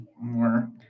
more